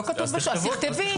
תכתבי.